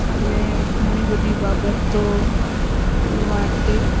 અને ઘણી બધી બાબતો માટે